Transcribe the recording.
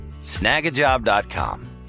snagajob.com